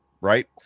right